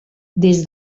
des